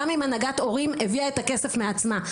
גם אם הנהגת הורים הביאה את הכסף בעצמה,